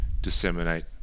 disseminate